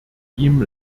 ihm